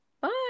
Bye